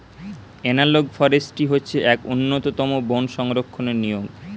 analogue forestry হচ্ছে এক উন্নতম বন সংরক্ষণের নিয়ম